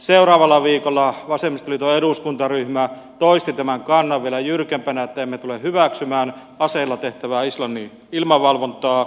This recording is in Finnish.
seuraavalla viikolla vasemmistoliiton eduskuntaryhmä toisti tämän kannan vielä jyrkempänä että emme tule hyväksymään aseilla tehtävää islannin ilmavalvontaa